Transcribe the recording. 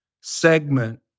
segment